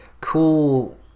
cool